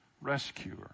Rescuer